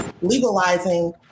legalizing